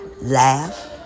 Laugh